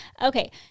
okay